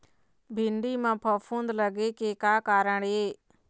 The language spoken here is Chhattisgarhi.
भिंडी म फफूंद लगे के का कारण ये?